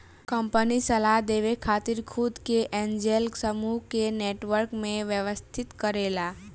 company सलाह देवे खातिर खुद के एंजेल समूह के नेटवर्क में व्यवस्थित करेला